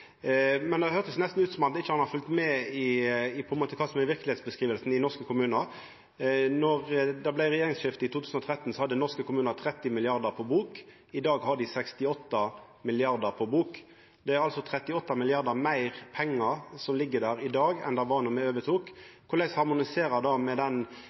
Det høyrdest nesten ut som om han ikkje hadde følgt med på kva som er verkelegheitsbeskrivinga i norske kommunar. Då det vart regjeringsskifte i 2013, hadde norske kommunar 30 mrd. kr på bok. I dag har dei 68 mrd. kr på bok. Det er altså 38 mrd. kr meir pengar som ligg der i dag, enn det var då me overtok. Korleis harmoniserer det med den